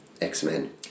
X-Men